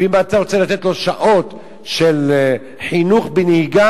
ואם אתה רוצה לתת לו שעות של חינוך בנהיגה,